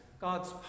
God's